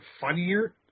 funnier